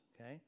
okay